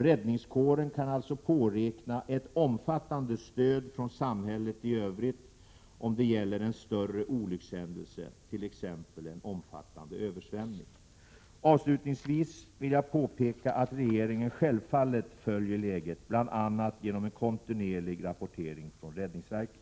Räddningskåren kan alltså påräkna ett omfattande stöd från samhället i övrigt om det gäller en större olyckshändelse, t.ex. omfattande översvämning. Avslutningsvis vill jag påpeka att regeringen självfallet följer läget, bl.a. genom en kontinuerlig rapportering från räddningsverket.